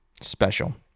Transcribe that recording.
special